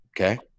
Okay